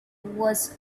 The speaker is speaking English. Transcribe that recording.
was